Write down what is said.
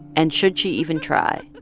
and should she even try?